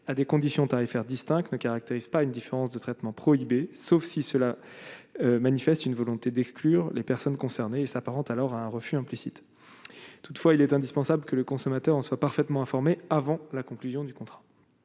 à des conditions tarifaires distinctes ne caractérise pas une différence de traitement prohibé, sauf si cela manifeste une volonté d'exclure les personnes concernées s'apparente alors à un refus implicite, toutefois, il est indispensable que le consommateur en soient parfaitement informés avant la conclusion du contrat